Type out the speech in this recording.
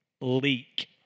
leak